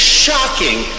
shocking